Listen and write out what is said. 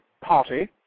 Party